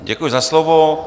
Děkuji za slovo.